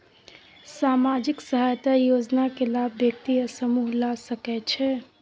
सामाजिक सहायता योजना के लाभ व्यक्ति या समूह ला सकै छै?